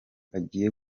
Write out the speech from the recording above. agiye